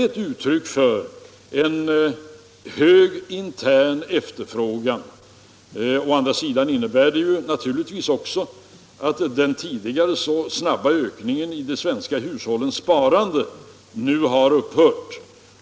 Detta är uttryck för en hög intern efterfrågan. Å andra sidan innebär det naturligtvis också att den tidigare så snabba ökningen av de svenska hushållens sparande nu har upphört.